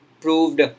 proved